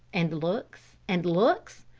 and looks, and looks?